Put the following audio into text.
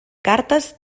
cartes